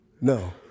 no